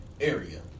area